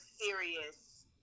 serious